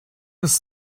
was